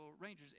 Rangers